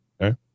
okay